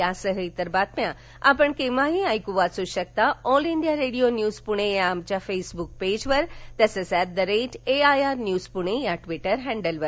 यासह इतर बातम्या आपण केव्हाही वाचू ऐकू शकता all India radio news Pune या आमच्या फेसब्क पेजवर तसंच at A I R news Pune या ट्विटर हॅडलवर